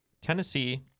Tennessee